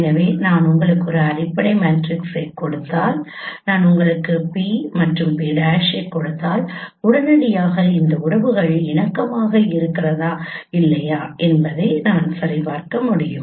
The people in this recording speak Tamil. எனவே நான் உங்களுக்கு ஒரு அடிப்படை மேட்ரிக்ஸைக் கொடுத்தால் நான் உங்களுக்கு P மற்றும் P' கொடுத்தால் உடனடியாக இந்த உறவுகள் இணக்கமாக இருக்கிறதா இல்லையா என்பதை நான் சரிபார்க்க முடியும்